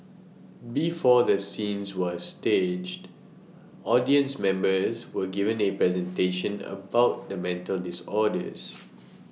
before the scenes were staged audience members were given A presentation about the mental disorders